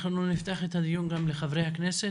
אנחנו נפתח את הדיון גם לחברי הכנס,